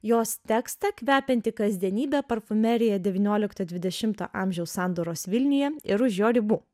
jos tekstą kvepiantį kasdienybe parfumerija devyniolikto dvidešimto amžiaus sandūros vilniuje ir už jo ribų